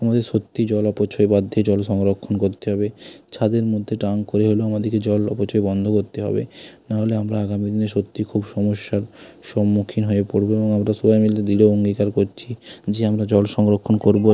আমাদের সত্যিই জল অপচয় বাদ দিয়ে জল সংরক্ষণ করতে হবে ছাদের মধ্যে ড্রাম করে হলেও আমাদেরকে জল অপচয় বন্ধ করতে হবে না হলে আমরা আগামী দিনে সত্যিই খুব সমস্যার সম্মুখীন হয়ে পড়ব এবং আমরা সবাই মিলে দৃঢ় অঙ্গীকার করছি যে আমরা জল সংরক্ষণ করব